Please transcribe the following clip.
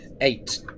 Eight